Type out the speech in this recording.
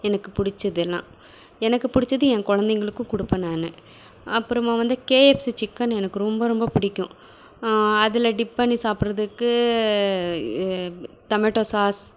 எனக்கு பிடிச்சதெல்லாம் எனக்கு பிடிச்சது என் குழந்தைங்களுக்கும் கொடுப்பேன் நான் அப்புறமா வந்து கேஎஃப்சி சிக்கன் எனக்கு ரொம்ப ரொம்ப பிடிக்கும் அதில் டிப் பண்ணி சாப்பிட்றதுக்கு டொமேட்டோ சாஸ்